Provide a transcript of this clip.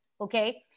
Okay